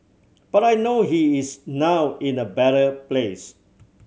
but I know he is now in a better place